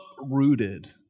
uprooted